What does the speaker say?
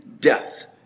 death